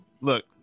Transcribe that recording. Look